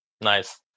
Nice